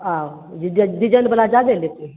आऊ जि जल्द जि जल्द बना ज्यादा लेते हैं